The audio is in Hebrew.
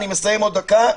אני מסיים עוד דקה.